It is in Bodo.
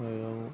सायाव